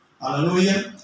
Hallelujah